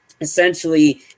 essentially